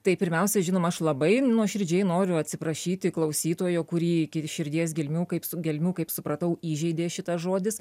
tai pirmiausia žinoma aš labai nuoširdžiai noriu atsiprašyti klausytojo kurį iki širdies gelmių kaip su gelmių kaip supratau įžeidė šitas žodis